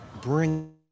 Bring